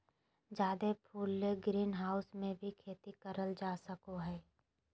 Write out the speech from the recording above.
जादे फूल ले ग्रीनहाऊस मे भी खेती करल जा सको हय